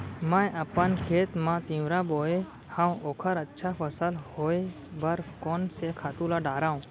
मैं अपन खेत मा तिंवरा बोये हव ओखर अच्छा फसल होये बर कोन से खातू ला डारव?